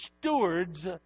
stewards